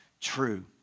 true